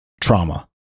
trauma